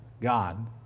God